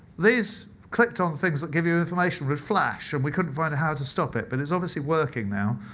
these clicked on things that give you information with flash, and we couldn't find how to stop it. but it's obviously working now,